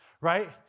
right